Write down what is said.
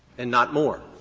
and not more.